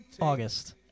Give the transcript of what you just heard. August